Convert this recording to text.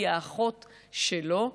היא האחות שלו,